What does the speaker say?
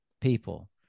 people